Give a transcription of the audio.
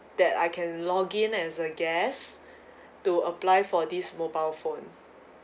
that I can login as a guest to apply for this mobile phone